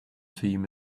team